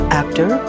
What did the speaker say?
actor